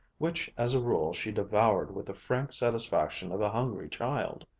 which as a rule she devoured with the frank satisfaction of a hungry child.